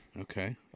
Okay